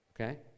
Okay